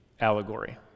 allegory